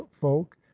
folk